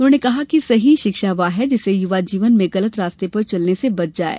उन्होंने कहा कि सही शिक्षा वह है जिससे युवा जीवन में गलत रास्ते पर चलने से बच जाये